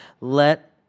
Let